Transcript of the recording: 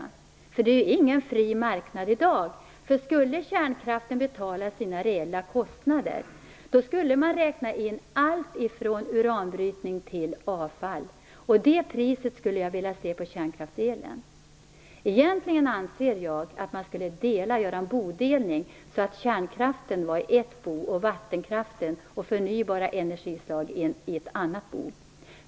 Marknaden är inte fri i dag. Om kärnkraften skall betala sina reella kostnader, skall man räkna in allt från uranbrytning till avfall. Jag skulle vilja se det priset på kärnkraftselen. Egentligen anser jag att det skall ske en bodelning. Kärnkraften skall vara i ett bo, och vattenkraften och förnybara energislag skall vara i ett annat bo.